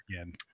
again